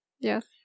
yes